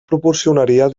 proporcionaria